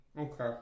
Okay